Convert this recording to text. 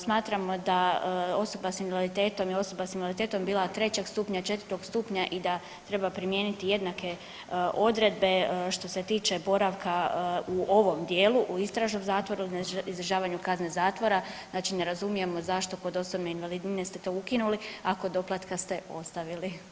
Smatramo da osoba s invaliditetom i osoba s invaliditetom bila trećeg stupnja, četvrtog stupnja i da treba primijeniti jednake odredbe što se tiče boravka u ovom dijelu u istražnom zatvoru i na izdržavanju kazne zatvora, znači ne razumijemo zašto kod osobne invalidnine ste to ukinuli, a kod doplatka ste ostavili.